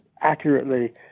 accurately